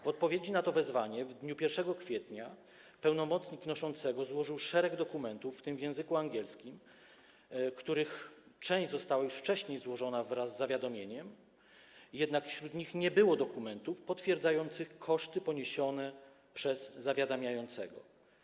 W odpowiedzi na to wezwanie w dniu 1 kwietnia pełnomocnik wnoszącego złożył szereg dokumentów, w tym w języku angielskim, których część została już wcześniej złożona wraz z zawiadomieniem, jednak wśród nich nie było dokumentów potwierdzających koszty poniesione przez zawiadamiającego.